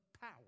power